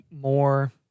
more